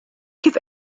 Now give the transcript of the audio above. kif